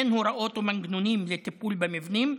אין הוראות ומנגנונים לטיפול במבנים,